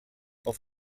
auf